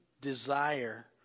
desire